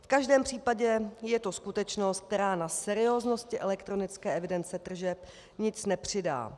V každém případě je to skutečnost, která na serióznosti elektronické evidenci tržeb nic nepřidá.